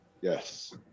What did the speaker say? Yes